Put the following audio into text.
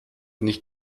nicht